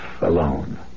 alone